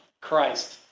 Christ